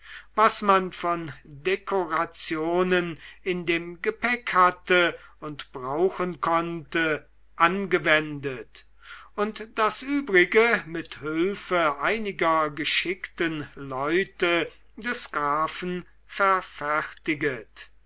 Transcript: was man von dekorationen in dem gepäcke hatte und brauchen konnte angewendet und das übrige mit hülfe einiger geschickten leute des grafen verfertiget